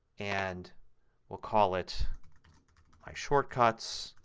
and we'll call it my shortcuts.